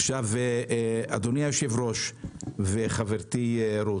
אדוני היושב-ראש וחברתי רות,